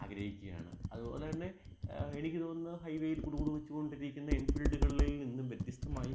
ആഗ്രഹിക്കുകയാണ് അതുപോലെതന്നെ എനിക്ക് തോന്നുന്നു ഹൈവേയിൽ കുടുകുടു വെച്ചുകൊണ്ടിരിക്കുന്ന എൻഫീൽഡുകളില്നിന്നും വ്യത്യസ്തമായി